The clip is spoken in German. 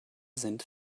sind